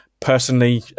Personally